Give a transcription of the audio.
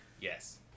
Yes